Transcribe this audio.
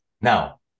now